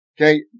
okay